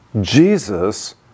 Jesus